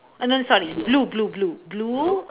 oh no sorry blue blue blue blue